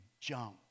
jump